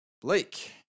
Blake